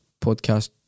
podcast